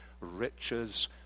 riches